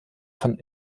von